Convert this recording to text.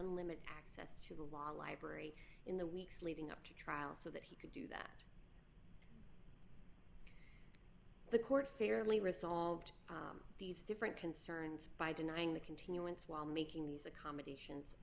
unlimited access to the law library in the weeks leading up to trial so that he could do that the court fairly resolved these different concerns by denying the continuance while making these a co